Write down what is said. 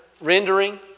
rendering